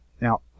Now